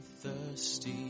thirsty